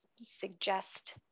suggest